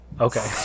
Okay